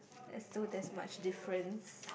as though there's much difference